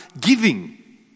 giving